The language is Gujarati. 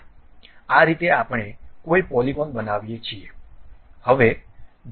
આ રીતે આપણે કોઈ પોલિગન બનાવીએ છીએ